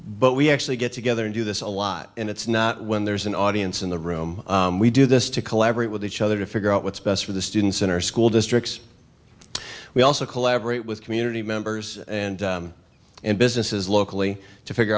but we actually get together and do this a lot and it's not when there's an audience in the room we do this to collaborate with each other to figure out what's best for the students in our school districts we also collaborate with community members and in businesses locally to figure